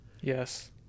yes